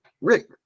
Rick